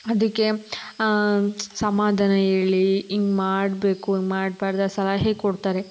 ಅದಕ್ಕೆ ಸಮಾಧಾನ ಹೇಳಿ ಹಿಂಗ್ ಮಾಡಬೇಕು ಹಿಂಗ್ ಮಾಡ್ಬಾರ್ದು ಆ ಸಲಹೆ ಕೊಡ್ತಾರೆ